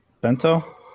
Bento